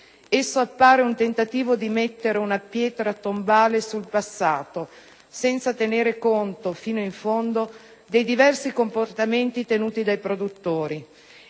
Esso appare un tentativo di mettere una pietra tombale sul passato, senza tenere conto fino in fondo dei diversi comportamenti tenuti dai produttori,